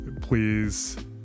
Please